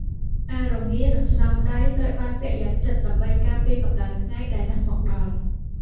អាវរងា និងស្រោមដៃត្រូវបានពាក់យ៉ាងជិតដើម្បីការពារកម្ដៅថ្ងៃដែលនឹងមកដល់។